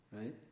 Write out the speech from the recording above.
right